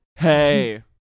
hey